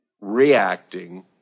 reacting